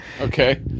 Okay